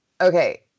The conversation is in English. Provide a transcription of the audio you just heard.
okay